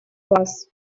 вас